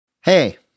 Hey